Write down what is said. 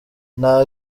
nta